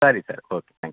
ಸರಿ sir okay thank you